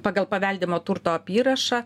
pagal paveldimo turto apyrašą